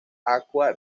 aqua